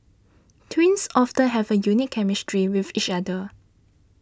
twins often have a unique chemistry with each other